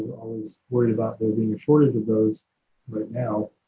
worried about there being a shortage of those right now.